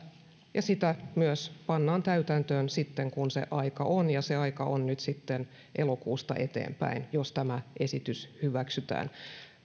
ja se myös pannaan täytäntöön sitten kun se aika on ja se aika on nyt sitten elokuusta eteenpäin jos tämä esitys hyväksytään